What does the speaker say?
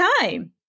time